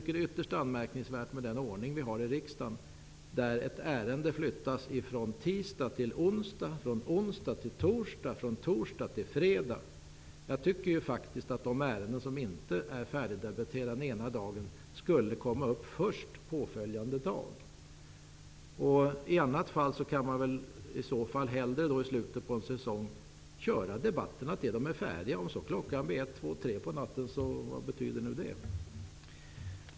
Det är ytterst anmärkningsvärt med den ordning som är i riksdagen, där ett ärende förflyttas från tisdag till onsdag, från onsdag till torsdag och från torsdag till fredag. Jag tycker faktiskt att de ärenden som inte är färdigdebatterade den ena dagen skall tas upp som första ärende påföljande dag. I annat fall kan man väl hellre i slutet på en säsong köra debatterna tills de är färdiga. Om klockan blir ett, två eller tre på natten, så vad betyder det?